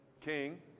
King